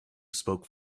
spoke